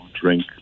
drink